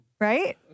right